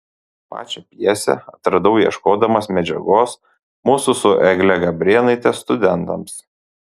pačią pjesę atradau ieškodamas medžiagos mūsų su egle gabrėnaite studentams